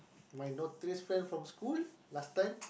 my notorious friend from school last time